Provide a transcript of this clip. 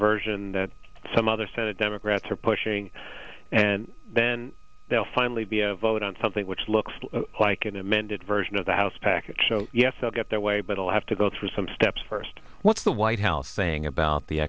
version that some other senate democrats are pushing and then they'll finally be a vote on something which looks like an amended version of the house package so yes they'll get their way but will have to go through some steps first what's the white house saying about the